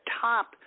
top